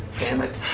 damn it.